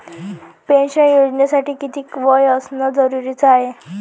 Pension योजनेसाठी कितीक वय असनं जरुरीच हाय?